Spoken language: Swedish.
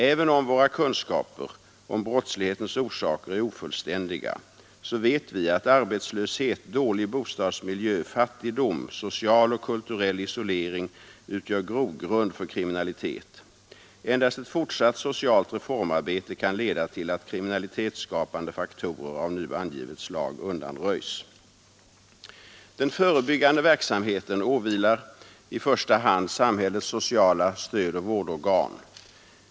Även om våra kunskaper om brottslighetens orsaker är ofullständiga, vet vi att arbetslöshet, dålig bostadsmiljö, fattigdom, social och kulturell isolering utgör grogrund för kriminalitet. Endast ett fortsatt socialt reformarbete 109 kan leda till att kriminalitetsskapande faktorer av nu angivet slag undanröjs. Den förebyggande verksamheten åvilar i detta avseende i första hand samhällets sociala stödoch vårdorgan.